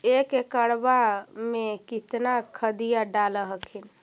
एक एकड़बा मे कितना खदिया डाल हखिन?